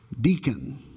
Deacon